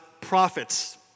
prophets